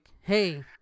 hey